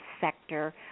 sector